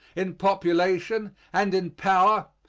in population, and in power,